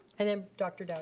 and then dr. dowdy.